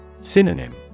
Synonym